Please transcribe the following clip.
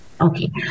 Okay